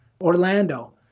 Orlando